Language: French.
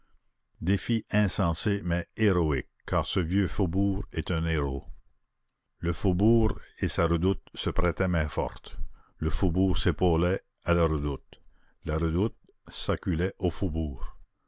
défi insensé mais héroïque car ce vieux faubourg est un héros le faubourg et sa redoute se prêtaient main-forte le faubourg s'épaulait à la redoute la redoute s'acculait